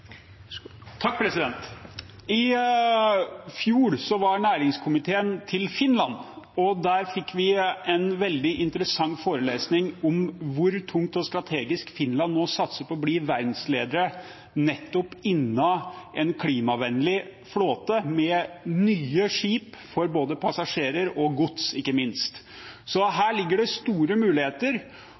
hvor tungt og strategisk Finland nå satser på å bli verdensleder innen en klimavennlig flåte med nye skip for både passasjerer og ikke minst gods. Så her ligger det store muligheter.